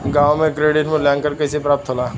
गांवों में क्रेडिट मूल्यांकन कैसे प्राप्त होला?